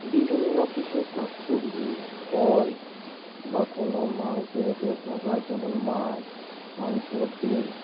বিভিন্ন কিছু শাকসবজি ফল বা কোনো মাংস জাতীয় খাবার যেমন মাছ মাংস ডিম